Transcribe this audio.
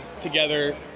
together